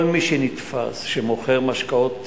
כל מי שנתפס מוכר משקאות